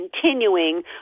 continuing